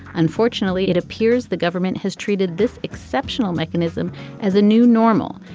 unfortunately it appears the government has treated this exceptional mechanism as a new normal.